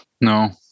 No